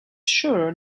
sure